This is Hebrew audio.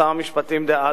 שר המשפטים דאז.